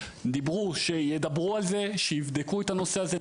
דיברו שידברו על זה ויבדקו את הנושא הזה.